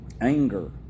anger